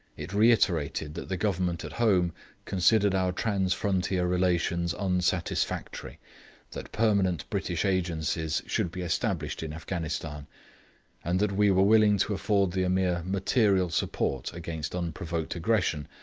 it reiterated that the government at home considered our trans-frontier relations unsatisfactory that permanent british agencies should be established in afghanistan and that we were willing to afford the ameer material support against unprovoked aggression,